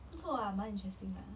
不错啊蛮 interesting ah